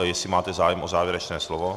Jestli máte zájem o závěrečné slovo?